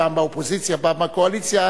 פעם באופוזיציה ופעם בקואליציה,